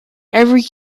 every